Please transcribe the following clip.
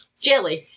jelly